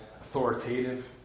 authoritative